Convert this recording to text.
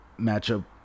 matchup